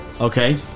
Okay